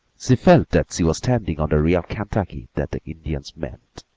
she felt that she was standing on the real kentucky that the indians meant,